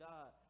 God